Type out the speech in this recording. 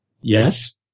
Yes